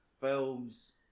films